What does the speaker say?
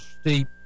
steep